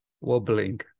wobbling